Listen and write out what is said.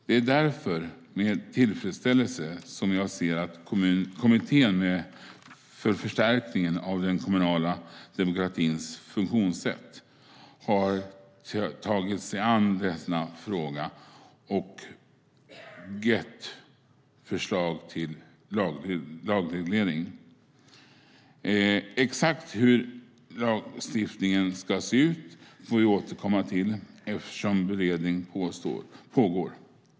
Det är därför med tillfredsställelse jag ser att Kommittén om förstärkning av den kommunala demokratins funktionssätt har tagit sig an denna fråga och gett förslag till lagreglering. Exakt hur lagstiftningen ska se ut får vi återkomma till eftersom beredning pågår.